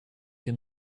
him